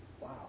Wow